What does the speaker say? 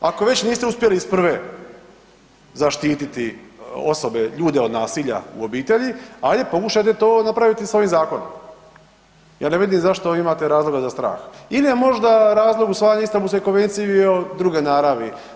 Ako već niste uspjeli iz prve zaštititi osobe ljude od nasilja u obitelji, ajde pokušajte to napraviti s ovim zakonom, ja ne vidim zašto vi imate razloga za strah ili je možda razlog usvajanje Istambulske konvencije i o druge naravi.